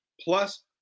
plus